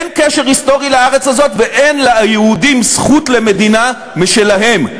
אין קשר היסטורי לארץ הזאת ואין ליהודים זכות למדינה משלהם.